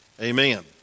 amen